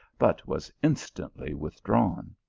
but was in stantly withdrawn.